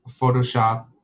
Photoshop